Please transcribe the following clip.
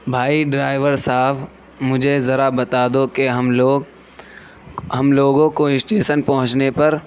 بھائی ڈرائیور صاحب مجھے ذرا بتا دو کہ ہم لوگ ہم لوگوں کو اسٹیشن پہونچنے پر